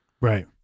Right